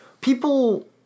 People